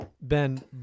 ben